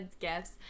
gifts